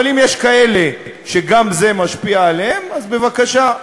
אבל אם יש כאלה שגם זה משפיע עליהם, אז בבקשה.